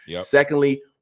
secondly